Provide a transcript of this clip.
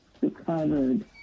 recovered